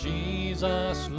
Jesus